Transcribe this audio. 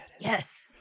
Yes